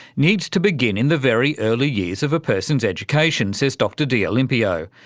needs to begin in the very early years of a person's education, says dr d'olimpio.